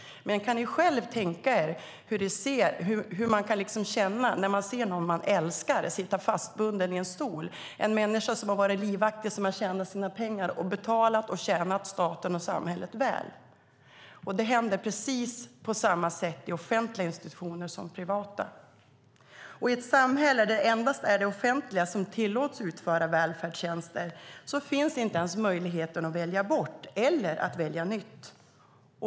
Kan ni tänka er hur det känns att se någon man älskar sitta fastbunden i en stol - en människa som har varit livaktig, tjänat sina pengar och betalat och tjänat staten och samhället väl? Det är precis likadant på offentliga institutioner som på privata. I ett samhälle där det endast är det offentliga som tillåts utföra välfärdstjänster finns inte ens möjligheten att välja bort eller välja nytt.